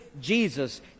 Jesus